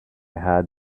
had